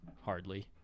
hardly